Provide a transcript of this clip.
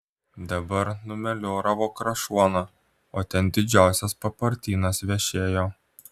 dabar numelioravo krašuoną o ten didžiausias papartynas vešėjo